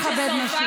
זה מאוד מכבד נשים.